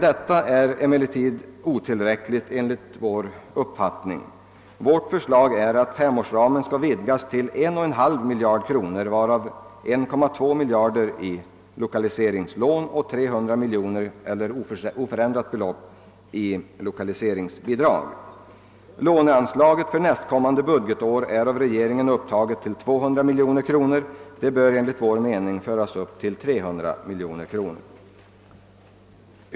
Detta är emellertid otillräckligt enligt vår uppfattning. Vårt förslag är att femårsramen skall vidgas till 1,5 miljard kronor, varav 1,2 miljard kronor i lokaliseringslån och 300 miljoner kronor i lokaliseringsbidrag. Låneanslaget = för nästkommande budgetår är av regeringen upptaget till 200 miljoner kronor. Det bör enligt vår mening föras upp till 300 miljoner kronor.